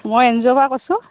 মই এন জি'ৰপৰা কৈছোঁ